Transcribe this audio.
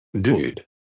Dude